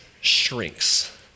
shrinks